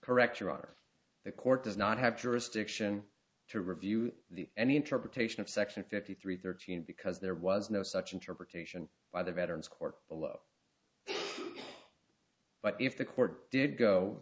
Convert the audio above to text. correct your honor the court does not have jurisdiction to review the any interpretation of section fifty three thirteen because there was no such interpretation by the veterans court below but if the court did go